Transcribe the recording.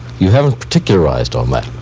you haven't particularized on that.